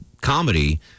comedy